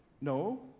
No